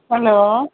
hello